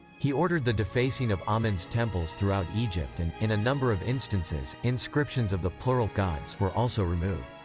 he ordered the defacing of amun's temples throughout egypt and, in a number of instances, inscriptions of the plural gods were also removed.